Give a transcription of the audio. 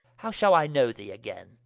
how shall i know thee againe?